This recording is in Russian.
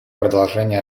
продолжения